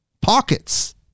pockets